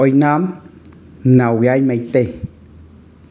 ꯑꯣꯏꯅꯥꯝ ꯅꯥꯎꯌꯥꯏ ꯃꯩꯇꯩ